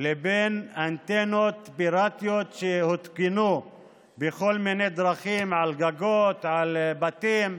לבין אנטנות פיראטיות שהותקנו בכל מיני דרכים על גגות ובתים,